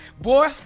Boy